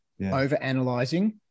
overanalyzing